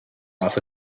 off